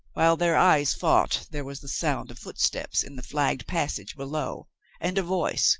while their eyes fought there was the sound of footsteps in the flagged passage below and a voice